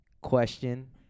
question